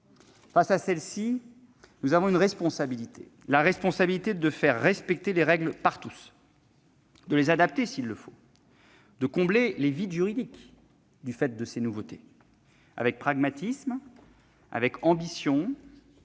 Face à ces menaces, nous avons une responsabilité : celle de faire respecter les règles par tous, de les adapter s'il le faut, de combler les vides juridiques afférents à ces nouveautés, avec pragmatisme, avec ambition,